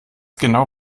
genau